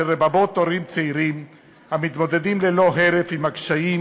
רבבות הורים צעירים המתמודדים ללא הרף עם הקשיים